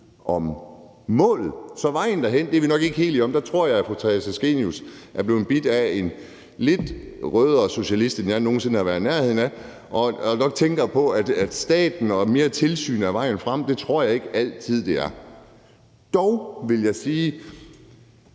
om vejen derhen, selv om hun har stor viden på området. Jeg tror, at fru Theresa Scavenius er blevet bidt af en lidt rødere socialist, end jeg nogen sinde har været i nærheden af, og at hun nok tænker på, at staten og mere tilsyn er vejen frem. Det tror jeg ikke altid det er. Dog vil jeg sige